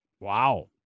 Wow